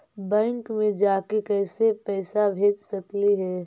Bank मे जाके कैसे पैसा भेज सकली हे?